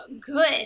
good